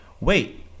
wait